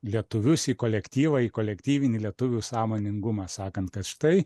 lietuvius į kolektyvą į kolektyvinį lietuvių sąmoningumą sakant kad štai